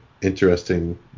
interesting